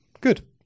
Good